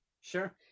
Sure